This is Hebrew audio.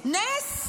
נס.